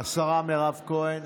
השרה מירב כהן?